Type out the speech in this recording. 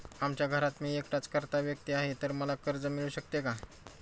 आमच्या घरात मी एकटाच कर्ता व्यक्ती आहे, तर मला कर्ज मिळू शकते का?